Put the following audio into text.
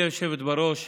גברתי היושבת-ראש,